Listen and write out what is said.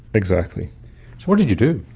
exactly. so what did you do?